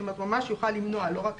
זאת אומרת, ממש יוכל למנוע, לא רק